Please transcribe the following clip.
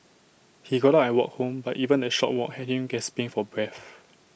he got out and walked home but even that short walk had him gasping for breath